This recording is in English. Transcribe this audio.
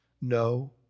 no